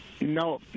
No